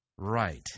Right